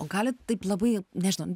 o gali taip labai nežinau